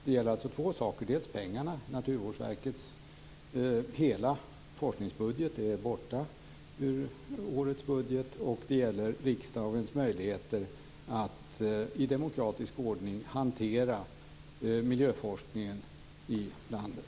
Det gäller två saker: dels pengarna - Naturvårdsverkets hela forskningsbudget är borta ur årets budget - dels riksdagens möjligheter att i demokratisk ordning hantera miljöforskningen i landet.